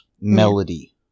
melody